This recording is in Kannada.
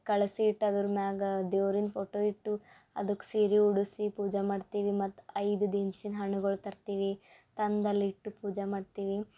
ಕಳಸಿ ಇಟ್ಟು ಅದರ ಮ್ಯಾಗಾ ದೇವ್ರಿನ ಫೋಟೊ ಇಟ್ಟು ಅದಕ್ಕೆ ಸೀರೆ ಉಡುಸಿ ಪೂಜ ಮಾಡ್ತೀವಿ ಮತ್ತು ಐದು ದಿನ್ಸಿನ ಹಣ್ಣುಗಳು ತರ್ತೀವಿ ತಂದಲ್ಲಿ ಇಟ್ಟು ಪೂಜ ಮಾಡ್ತೀವಿ